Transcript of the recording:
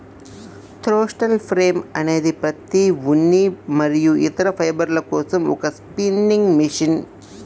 throstle frame అనేది పత్తి, ఉన్ని మరియు ఇతర ఫైబర్ల కోసం ఒక స్పిన్నింగ్ మెషిన్